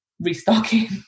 restocking